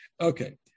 okay